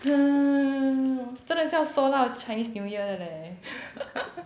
mm 真的是要收到 chinese new year 的 leh